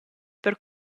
per